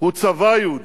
הוא צבא יהודי,